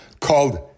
called